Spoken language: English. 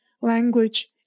language